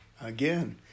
Again